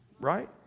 Right